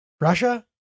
Russia